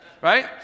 right